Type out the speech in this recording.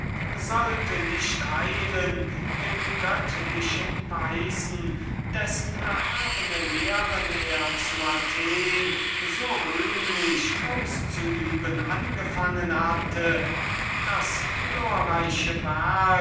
sollte nicht eilen dem göttlichen weisen dessen erhabene lehren er zu athen so rühmlich auszuüben angefangen hatte ein so glorreiches